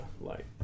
light